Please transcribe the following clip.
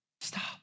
Stop